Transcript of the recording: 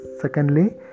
Secondly